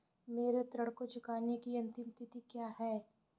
मेरे ऋण को चुकाने की अंतिम तिथि क्या है?